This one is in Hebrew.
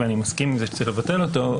ואני מסכים עם זה שצריך לבטל אותו.